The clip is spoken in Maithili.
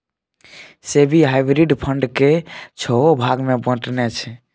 सेबी हाइब्रिड फंड केँ छओ भाग मे बँटने छै